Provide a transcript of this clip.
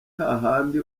hahandi